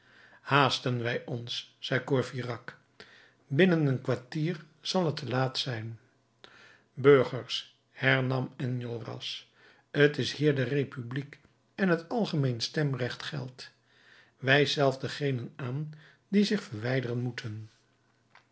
haasten wij ons zei courfeyrac binnen een kwartier zal het te laat zijn burgers hernam enjolras t is hier de republiek en het algemeen stemrecht geldt wijst zelf degenen aan die zich verwijderen moeten